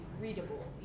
readable